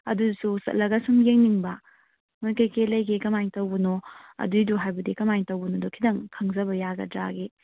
ꯑꯗꯨꯁꯨ ꯆꯠꯂꯒ ꯁꯨꯝ ꯌꯦꯡꯅꯤꯡꯕ ꯃꯣꯏ ꯀꯩꯀꯩ ꯂꯩꯒꯦ ꯀꯃꯥꯏꯅ ꯇꯧꯕꯅꯣ ꯑꯗꯨꯏꯗꯣ ꯍꯥꯏꯕꯗꯤ ꯀꯃꯥꯏꯅ ꯇꯧꯕꯅꯣꯗꯣ ꯈꯤꯇꯪ ꯈꯪꯖꯕ ꯌꯥꯒꯗ꯭ꯔꯥꯒꯤ